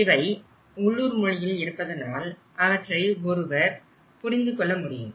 இவை உள்ளூர் மொழியில் இருப்பதனால் அவற்றை ஒருவர் புரிந்து கொள்ள முடியும்